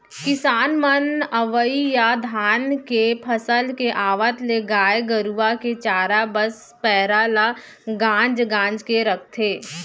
किसान मन अवइ या धान के फसल के आवत ले गाय गरूवा के चारा बस पैरा ल गांज गांज के रखथें